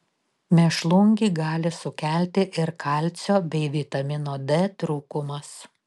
mėšlungį gali sukelti ir kalcio bei vitamino d trūkumas